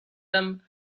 them